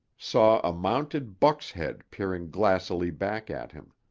saw a mounted buck's head peering glassily back at him.